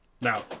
Now